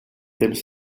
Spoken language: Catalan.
temps